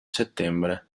settembre